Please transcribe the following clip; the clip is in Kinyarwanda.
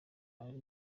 ari